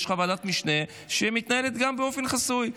יש לך ועדת משנה שמתנהלת גם באופן חסוי.